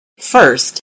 first